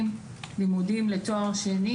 כפסיכולוגים לימודים לתואר שני